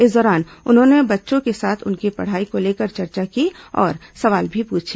इस दौरान उन्होंने बच्चों के साथ उनकी पढ़ाई को लेकर चर्चा की और सवाल भी पूछे